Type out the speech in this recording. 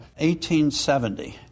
1870